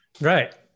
right